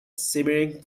shimmering